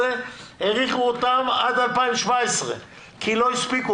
האריכו אותן עד 2017 כי לא הספיקו.